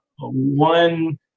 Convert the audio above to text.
one